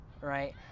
Right